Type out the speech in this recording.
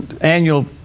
annual